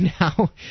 now